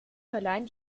verleihen